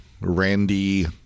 Randy